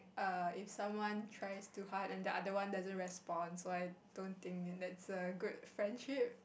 err if someone tries to hard and the other one doesn't respond so I don't think is a good friendship